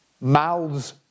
Mouths